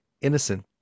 innocent